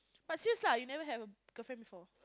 but serious lah you never had a girlfriend before